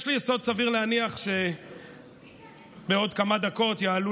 יש לי יסוד סביר להניח שבעוד כמה דקות יעלו